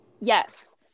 Yes